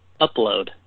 upload